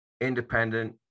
independent